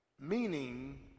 meaning